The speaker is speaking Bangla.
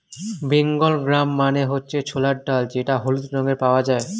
বেঙ্গল গ্রাম মানে হচ্ছে ছোলার ডাল যেটা হলুদ রঙে পাওয়া যায়